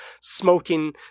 smoking